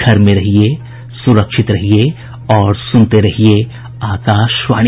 घर में रहिये सुरक्षित रहिये और सुनते रहिये आकाशवाणी